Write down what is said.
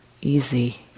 easy